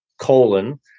colon